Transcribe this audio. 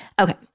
Okay